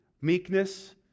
meekness